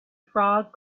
frog